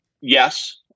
yes